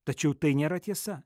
tačiau tai nėra tiesa